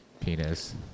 penis